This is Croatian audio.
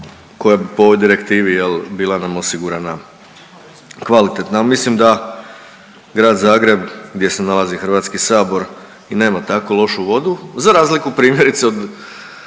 koja je po ovoj direktivi jel bila nam osigurana kvalitetna, al mislim da Grad Zagreb gdje se nalazi HS i nema tako lošu vodu za razliku primjerice od